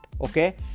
Okay